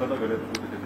kada galėtų būti